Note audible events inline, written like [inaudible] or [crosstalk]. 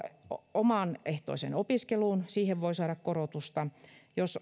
omaehtoiseen opiskeluun voi saada korotusta jos [unintelligible]